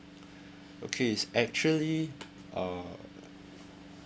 okays actually uh